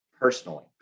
personally